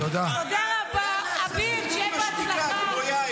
--- אולי הוא יוכל להתחבר אליהם בשתיקה כמו יאיר.